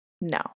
no